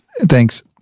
Thanks